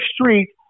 street